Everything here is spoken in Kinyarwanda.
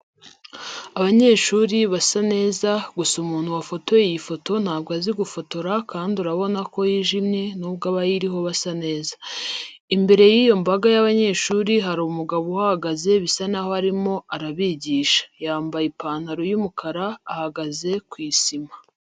Abanyeshuri basa neza, gusa umuntu wafotoye iyi foto ntabwo azi gufotora kandi urabona ko yijimye nubwo abayiriho basa neza. Imbere y'iyo mbaga y'abanyeshuri hari umugabo uhahagaze bisa naho arimo arabigisha, yambaye ipantaro y'umukara, ahagaze kuri sima.